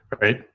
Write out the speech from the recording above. right